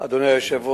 התעבורה על-פי חוק.